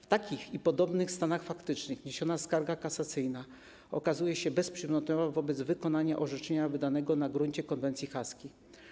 W takich i podobnych stanach faktycznych wniesiona skarga kasacyjna okazuje się bezprzedmiotowa wobec wykonania orzeczenia wydanego na gruncie konwencji haskiej.